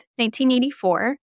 1984